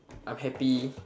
I'm happy